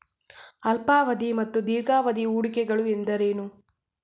ಅಲ್ಪಾವಧಿ ಮತ್ತು ದೀರ್ಘಾವಧಿ ಹೂಡಿಕೆಗಳು ಎಂದರೇನು?